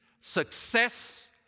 success